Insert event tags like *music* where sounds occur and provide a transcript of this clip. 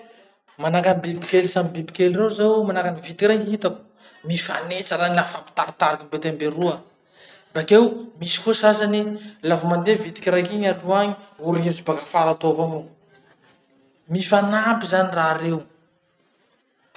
Manahaky any bibikely samy bibikely reo zao, manahaky any vitiky regny hitako *noise* mifametsa raha iny la mifampitaritariky mbetia mberoa. Bakeo misy koa sasany, lafa mandeha vitiky raiky iny aloha agny, orihy azy baka afara atoa avao. Mifanampy zany raha reo. *noise*